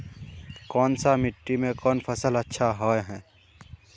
कोन सा मिट्टी में कोन फसल अच्छा होय है?